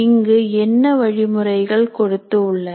இங்கு என்ன வழிமுறைகள் கொடுத்து உள்ளனர்